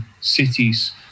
cities